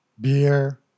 beer